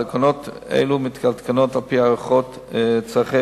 התקנות האלה מתעדכנות על-פי הערכות צורכי